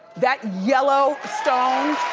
that yellow stones.